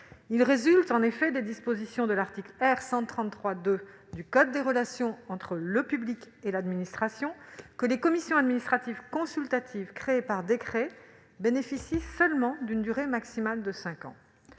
Il résulte en effet des dispositions de l'article R. 133-2 du code des relations entre le public et l'administration que les commissions administratives consultatives créées par décret le sont pour une durée maximale de cinq ans.